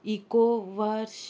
eco verse